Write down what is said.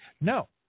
No